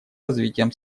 развитием